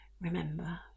remember